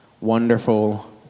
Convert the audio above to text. wonderful